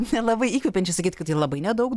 nelabai įkvepiančiai sakyt kad tai labai nedaug